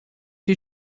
you